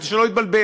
כדי שלא נתבלבל,